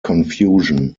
confusion